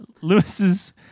Lewis's